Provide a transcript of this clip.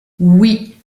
oui